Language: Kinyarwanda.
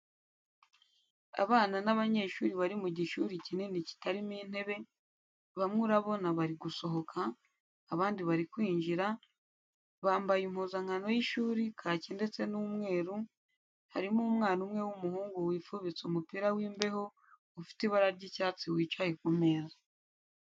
Abana n'abanyeshuri bari mu gishuri kinini kitarimo intebe , bamwe urabona bari gusohoka, abandi bari kwinjira, bambaye impuzankano y'ishuri, kaki ndetse n'umweru, harimo umwana umwe w'umuhungu wifubitse umupira w'imbeho ufite ibara ry'icyatsi wicaye ku meza.